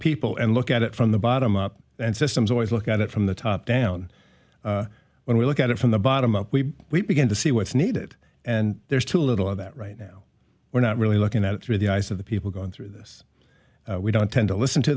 people and look at it from the bottom up and systems always look at it from the top down when we look at it from the bottom up we would begin to see what's needed and there's too little of that right now we're not really looking at it through the eyes of the people going through this we don't tend to listen to